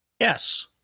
Yes